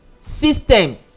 system